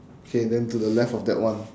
okay then to the left of that one